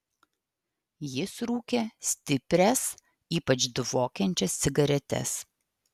jis rūkė stiprias ypač dvokiančias cigaretes